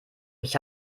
ich